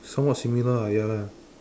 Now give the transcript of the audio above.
somewhat similar ah ya lah